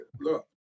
Look